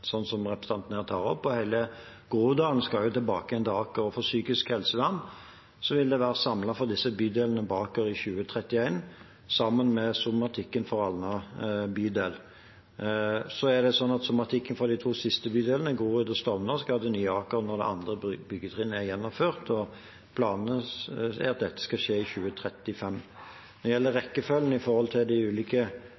som representanten Kjerkol her tar opp, og hele Groruddalen skal jo tilbake til Aker igjen. Når det gjelder psykisk helsevern, vil det være samlet for disse bydelene på Aker i 2031, sammen med somatikken for Alna bydel. Somatikken for de to siste bydelene, Grorud og Stovner, skal til nye Aker når det andre byggetrinnet er gjennomført, og planen er at dette skal skje i 2035. Når det gjelder